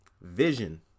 Vision